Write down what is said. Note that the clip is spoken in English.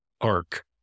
arc